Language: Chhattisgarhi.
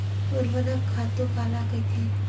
ऊर्वरक खातु काला कहिथे?